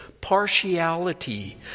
partiality